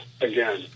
again